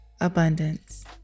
abundance